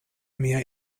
mia